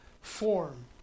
form